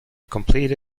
complete